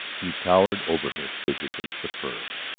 he towered over her, physically superb.